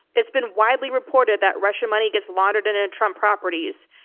it's been widely reported that russian money gets laundered and into trump properties.